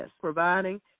providing